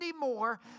more